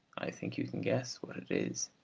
i think you can guess what it is.